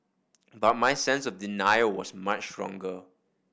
but my sense of denial was much stronger